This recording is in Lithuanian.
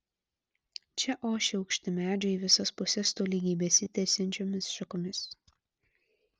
čia ošė aukšti medžiai į visas puses tolygiai besitiesiančiomis šakomis